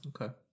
Okay